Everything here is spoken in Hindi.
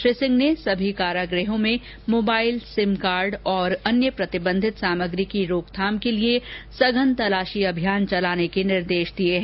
श्री सिंह ने सभी कारागृहों में मोबाइल सिमकार्ड और अन्य प्रतिबंधित सामग्री की रोकथाम के लिए सघन तलाशी अभियान चलाने के निर्देश दिए है